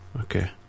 Okay